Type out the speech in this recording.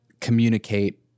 communicate